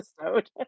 episode